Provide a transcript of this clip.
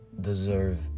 deserve